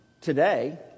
today